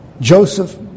Joseph